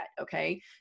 okay